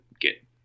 get